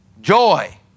Joy